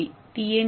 ஏவை டி